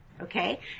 okay